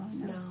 no